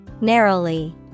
narrowly